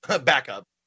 backup